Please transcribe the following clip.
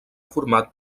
format